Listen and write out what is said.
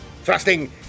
thrusting